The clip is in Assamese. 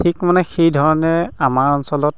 ঠিক মানে সেইধৰণে আমাৰ অঞ্চলত